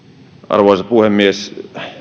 arvoisa puhemies